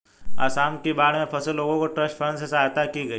आसाम की बाढ़ में फंसे लोगों की ट्रस्ट फंड से सहायता की गई